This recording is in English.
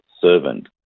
servant